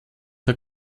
der